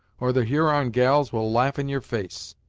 or the huron gals will laugh in your face.